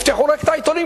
רק תפתחו את העיתונים,